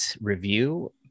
review